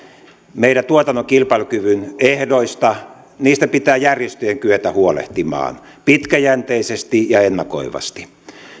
meidän tuotannon kilpailukyvyn ehdoista pitää järjestöjen kyetä huolehtimaan pitkäjänteisesti ja ennakoivasti